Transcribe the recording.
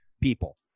people